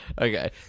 Okay